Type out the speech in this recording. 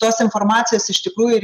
tos informacijos iš tikrųjų ir